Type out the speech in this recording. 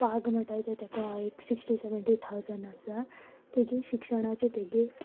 पाग म्हणटाय ते तेका एक सिक्स्टी सॅवन्टी थावझंड आसा तेगेर शिक्षणाची तेगी